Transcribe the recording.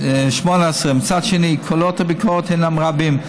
מצד שני, קולות הביקורת הם רבים.